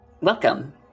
Welcome